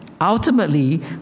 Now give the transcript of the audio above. ultimately